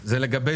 דיירים.